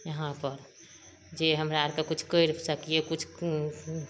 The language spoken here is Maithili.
इहाँपर जे हमरा आरके किछु कैरि सकियै किछु करै छै